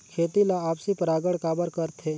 खेती ला आपसी परागण काबर करथे?